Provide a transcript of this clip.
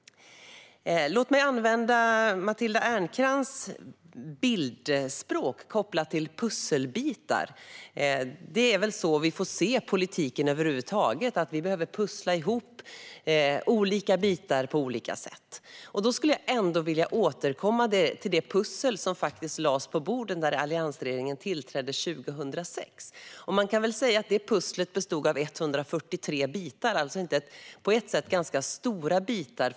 Låt mig använda Matilda Ernkrans bildspråk om pusselbitar. Det är väl så vi får se politiken över huvud taget - att vi behöver pussla ihop olika bitar på olika sätt. Jag skulle vilja återkomma till det pussel som faktiskt lades på bordet när alliansregeringen tillträdde 2006. Man kan väl säga att det pusslet bestod av 143 bitar, och det var på ett sätt ganska stora bitar.